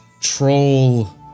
troll